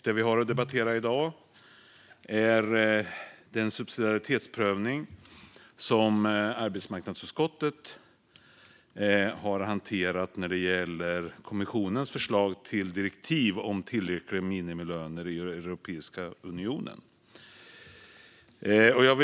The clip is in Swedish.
Det vi har att debattera nu är den subsidiaritetsprövning av kommissionens förslag till direktiv om tillräckliga minimilöner i Europeiska unionen som arbetsmarknadsutskottet har hanterat.